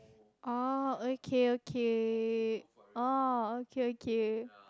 oh okay okay oh okay okay